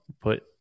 put